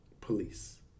police